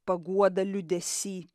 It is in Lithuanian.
paguoda liūdesy